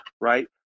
right